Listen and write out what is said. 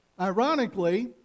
ironically